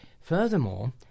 Furthermore